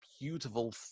beautiful